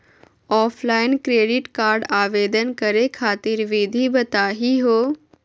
Offline credit card आवेदन करे खातिर विधि बताही हो?